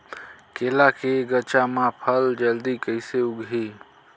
केला के गचा मां फल जल्दी कइसे लगही?